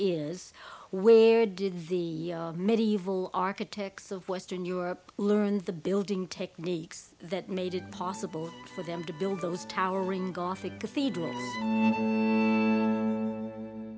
is where did the medieval architects of western europe learn the building techniques that made it possible for them to build those towering